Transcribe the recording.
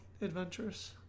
adventurous